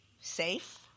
Safe